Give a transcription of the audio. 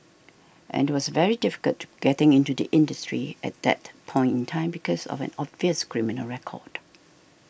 and it was very difficult to getting into the industry at that point in time because of an obvious criminal record